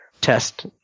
test